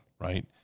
right